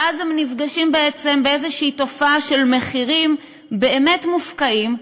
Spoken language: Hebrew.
ואז בעצם הם נפגשים באיזו תופעה של מחירים באמת מופקעים,